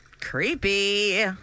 Creepy